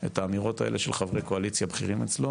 את האמירות האלה של חברי קואליציה בכירים אצלו,